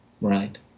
right